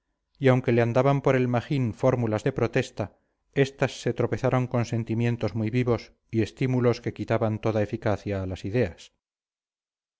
y aunque le andaban por el magín fórmulas de protesta estas se tropezaron con sentimientos muy vivos y estímulos que quitaban toda eficacia a las ideas